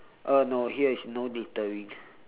uh no here is no littering